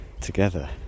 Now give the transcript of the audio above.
together